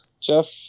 jeff